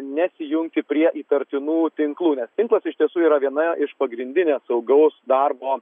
nesijungti prie įtartinų tinklų nes tinklas iš tiesų yra viena iš pagrindinių saugaus darbo